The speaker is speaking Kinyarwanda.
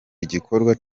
igikorwa